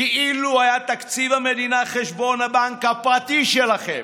כאילו היה תקציב המדינה חשבון הבנק הפרטי שלכם.